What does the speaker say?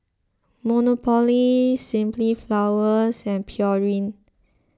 Monopoly Simply Flowers and Pureen